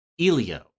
elio